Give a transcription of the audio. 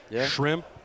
shrimp